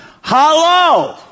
Hello